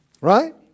Right